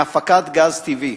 מהפקת הגז הטבעי.